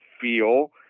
feel